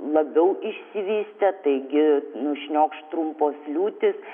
labiau išsivystę taigi nušniokš trumpos liūtys